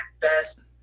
best